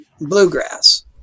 bluegrass